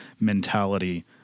mentality